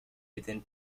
within